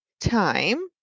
time